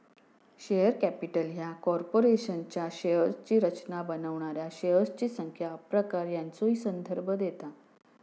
share capital ह्या कॉर्पोरेशनच्या शेअर्सची रचना बनवणाऱ्या शेअर्सची संख्या, प्रकार यांचो ही संदर्भ देता